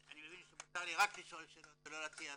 אני מבין שמותר לי רק לשאול שאלות ולא להציע הצעות.